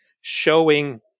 showing